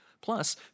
Plus